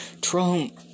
Trump